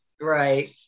right